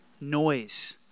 noise